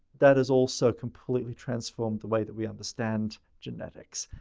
that has also completely transformed the way that we understand genetics.